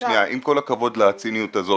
לחקיקה -- עם כל הכבוד לציניות הזו